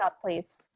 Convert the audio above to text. please